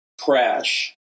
crash